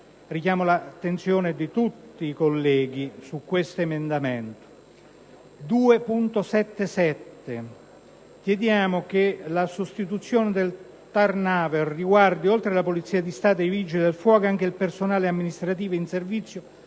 Richiamo l'attenzione di tutti i colleghi su tale emendamento.